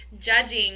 judging